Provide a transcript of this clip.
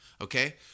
okay